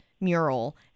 Mural